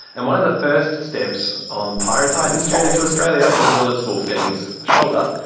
and one of the first steps on pyrotitan's journey to australia as well as wolfgang's shoulder,